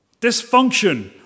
dysfunction